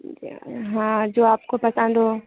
हाँ जो आपको पसंद हो